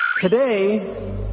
Today